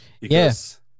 Yes